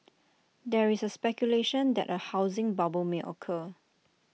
there is speculation that A housing bubble may occur